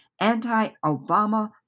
Anti-Obama